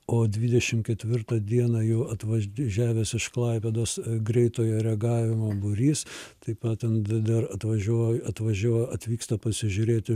o dvidešimt ketvirtą dieną jau atvažiavęs iš klaipėdos greitojo reagavimo būrys taip pat ant dar atvažiuo atvažiuo atvyksta pasižiūrėti